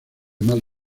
mal